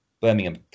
Birmingham